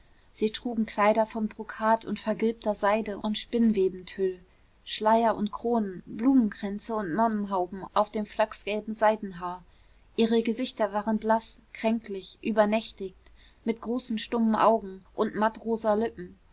sie trugen kleider von brokat und vergilbter seide und spinnwebentüll schleier und kronen blumenkränze und nonnenhauben auf dem flachsgelben seidenhaar ihre gesichter waren blaß kränklich übernächtig mit großen stummen augen und mattrosa lippen